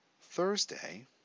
Thursday